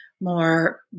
more